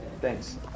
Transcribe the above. Thanks